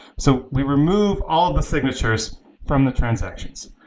so we remove all of the signatures from the transactions.